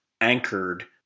anchored